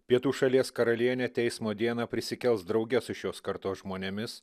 pietų šalies karalienė teismo dieną prisikels drauge su šios kartos žmonėmis